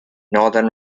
northern